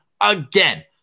again